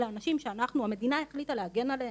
אלה אנשים שהמדינה החליטה להגן עליהם,